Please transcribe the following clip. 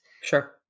Sure